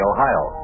Ohio